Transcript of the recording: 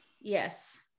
yes